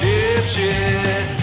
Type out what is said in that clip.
Dipshit